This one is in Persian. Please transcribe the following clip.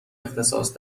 اختصاص